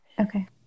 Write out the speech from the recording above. Okay